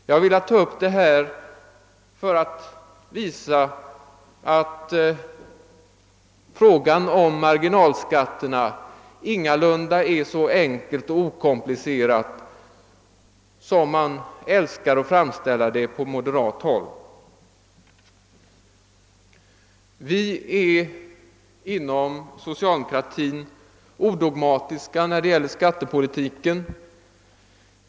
Jag har velat ta upp detta för att visa att frågan om marginalskatterna ingalunda är så enkel och okomplicerad som man älskar att framställa den på moderat håll. Vi är inom socialdemokratin odogmatiska vad beträffar skattepolitiken.